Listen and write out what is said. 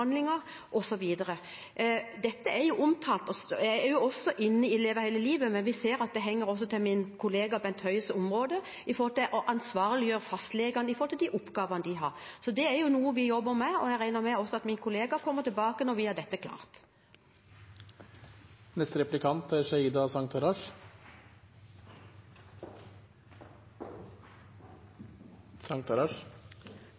Dette er også med i reformen Leve hele livet, men det ligger også under min kollega Bent Høies ansvarsområde, med hensyn til å ansvarliggjøre fastlegene for de oppgavene de har. Dette er noe vi jobber med, og jeg regner med at også min kollega kommer tilbake til dette når vi har fått dette klart.